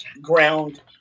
ground